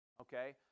okay